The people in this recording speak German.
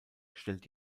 stellt